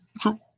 true